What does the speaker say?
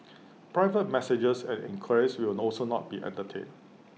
private messages and enquiries will also not be entertained